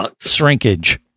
shrinkage